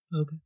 Okay